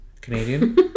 Canadian